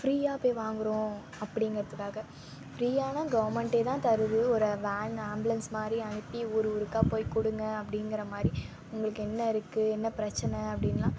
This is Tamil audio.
ஃப்ரீயாக போய் வாங்கறோம் அப்படிங்கிறதுக்காக ஃப்ரீயானா கவர்மெண்ட்டே தான் தருது ஒரு வேன் ஆம்புலன்ஸ் மாதிரி அனுப்பி ஊர் ஊருக்காக போய் கொடுங்க அப்படிங்கிற மாதிரி உங்களுக்கு என்ன இருக்கு என்ன பிரச்சனை அப்படின்லாம்